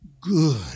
Good